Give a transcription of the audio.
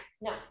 no